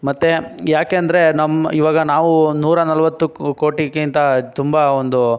ಮತ್ತೆ ಯಾಕೆಂದ್ರೆ ನಮ್ಮ ಇವಾಗ ನಾವು ನೂರ ನಲ್ವತ್ತು ಕೋಟಿಗಿಂತ ತುಂಬ ಒಂದು